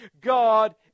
God